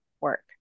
work